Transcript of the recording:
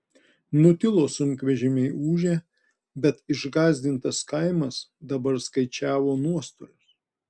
nutilo sunkvežimiai ūžę bet išgąsdintas kaimas dabar skaičiavo nuostolius